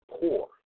poor